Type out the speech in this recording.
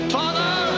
father